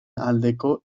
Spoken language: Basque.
aldeko